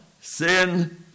sin